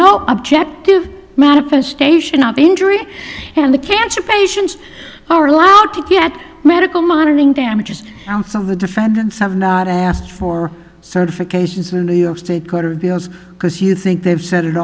no objective manifestation of injury and the cancer patients are allowed to get medical monitoring damages and some of the defendants have not asked for certifications the new york state court of bills because you think they've s